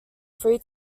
three